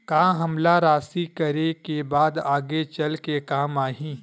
का हमला राशि करे के बाद आगे चल के काम आही?